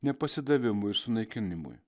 ne pasidavimui ir sunaikinimui